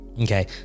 Okay